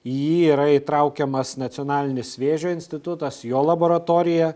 į jį yra įtraukiamas nacionalinis vėžio institutas jo laboratorija